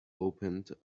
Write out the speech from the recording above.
opened